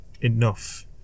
enough